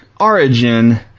Origin